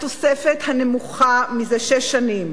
התוספת הנמוכה מזה שש שנים.